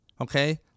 Okay